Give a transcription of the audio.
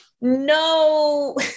no